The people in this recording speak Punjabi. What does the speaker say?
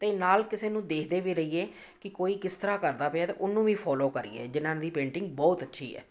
ਅਤੇ ਨਾਲ ਕਿਸੇ ਨੂੰ ਦੇਖਦੇ ਵੀ ਰਹੀਏ ਕਿ ਕੋਈ ਕਿਸ ਤਰ੍ਹਾਂ ਕਰਦਾ ਪਿਆ ਅਤੇ ਉਹਨੂੰ ਵੀ ਫੋਲੋ ਕਰੀਏ ਜਿਹਨਾਂ ਦੀ ਪੇਂਟਿੰਗ ਬਹੁਤ ਅੱਛੀ ਹੈ